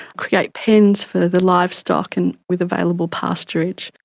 create pens for the livestock and with available pasturage.